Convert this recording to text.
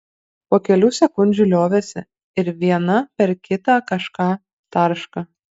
po kelių sekundžių liovėsi ir viena per kitą kažką tarška